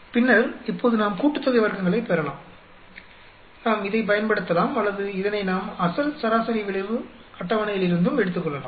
பின்னர் இப்போது நாம் கூட்டுத்தொகை வர்க்கங்களைப் பெறலாம் நாம் இதைப் பயன்படுத்தலாம் அல்லது இதனை நாம் அசல் சராசரி விளைவு அட்டவணையிலிருந்தும் எடுத்துக்கொள்ளலாம்